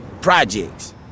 projects